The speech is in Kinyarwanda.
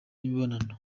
n’imibonano